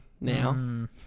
now